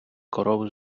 корови